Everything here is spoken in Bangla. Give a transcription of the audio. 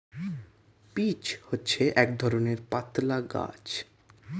পিচ্ হচ্ছে এক ধরণের পাতলা গাছ